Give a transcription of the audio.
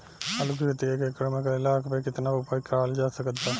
आलू के खेती एक एकड़ मे कैला पर केतना उपज कराल जा सकत बा?